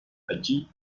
allí